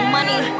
Money